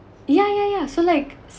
ya ya ya so like